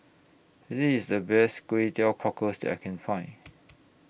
This IS The Best Kway Teow Cockles that I Can Find